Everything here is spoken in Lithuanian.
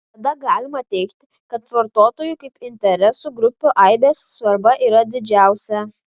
tada galima teigti kad vartotojų kaip interesų grupių aibės svarba yra didžiausia